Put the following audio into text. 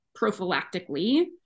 prophylactically